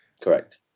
Correct